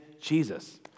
Jesus